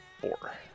Four